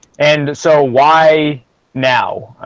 and so why now